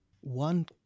One